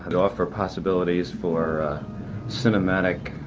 and offer possibilities for cinematic